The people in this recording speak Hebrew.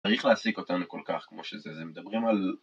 צריך להעסיק אותנו כל כך כמו שזה, זה מדברים על...